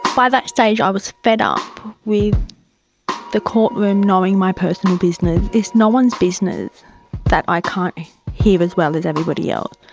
by that stage i was fed up with the court room knowing my personal business, it's no one's business that i can't hear as well as everybody else.